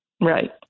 Right